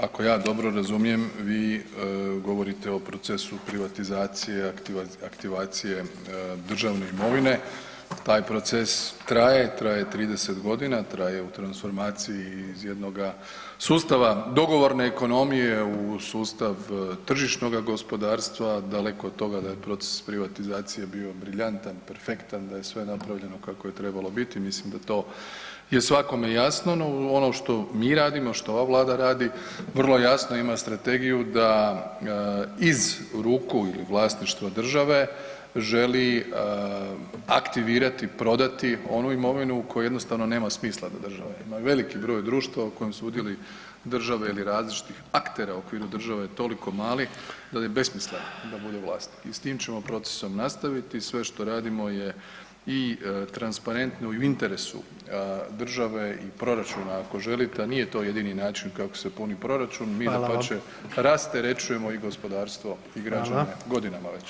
Ako ja dobro razumijem, vi govorite o procesu privatizacije, aktivacije državne imovine, taj proces traje, traje 30 g., traje u transformaciji iz jednoga sustava dogovorne ekonomije u sustav tržišnoga gospodarstva, daleko od toga da je proces privatizacije bio briljantan, perfektan, da je sve napravljeno kako je trebalo biti i mislim da to je svakome jasno no ono što mi radimo, što ova Vlada radi, vrlo jasno ima strategiju da iz ruku ili vlasništva države, želi aktivirati, prodati onu imovinu koju jednostavno nema smisla da država ima, jedan veliki broj društva u kojoj sudjeluju država ili različitih aktera u okviru države je toliko mali da je besmisleno da bude vlasnik i s tim ćemo procesom nastaviti, sve što radimo je i transparentno i u interesu države i proračuna ako želite a nije to jedini način kako se puni proračun, mi dapače, [[Upadica predsjednik: Hvala vam.]] rasterećujemo i gospodarstvo i građane godinama već.